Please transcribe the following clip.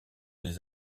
des